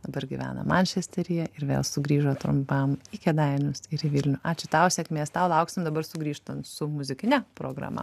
dabar gyvena mančesteryje ir vėl sugrįžo trumpam į kėdainius ir į vilnių ačiū tau sėkmės tau lauksim dabar sugrįžtant su muzikine programa